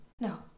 No